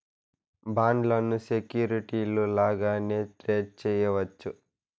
బాండ్లను సెక్యూరిటీలు లాగానే ట్రేడ్ చేయవచ్చు